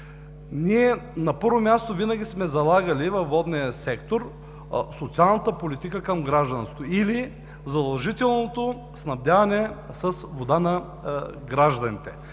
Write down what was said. На първо място, ние винаги сме залагали във водния сектор социалната политика към гражданството или задължителното снабдяване с вода на гражданите.